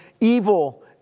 evil